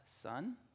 son